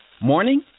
Morning